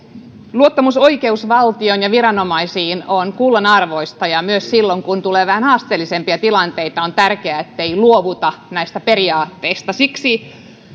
luottamus oikeusvaltioon ja viranomaisiin on kullanarvoista ja myös silloin kun tulee vähän haasteellisempia tilanteita on tärkeää ettei luovuta näistä periaatteista siksi